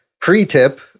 pre-tip